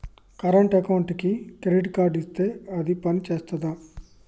Current అకౌంట్కి credit card ఇత్తే అది పని చేత్తదా?